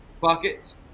Buckets